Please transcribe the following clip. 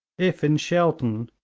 if in shelton,